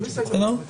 בסדר?